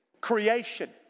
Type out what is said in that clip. creation